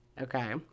Okay